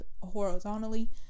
horizontally